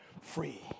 free